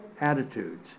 attitudes